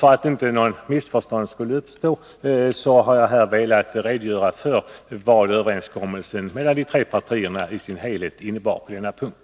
För att inget missförstånd skall uppstå har jag här velat redogöra för vad överenskommelsen mellan de tre partierna i sin helhet innebar på denna punkt.